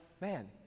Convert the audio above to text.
man